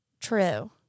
True